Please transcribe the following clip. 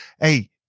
Hey